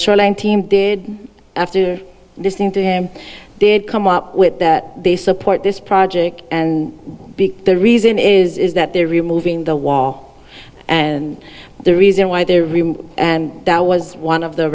and team did after listening to him did come up with that they support this project and the reason is that they're removing the wall and the reason why they're real and that was one of the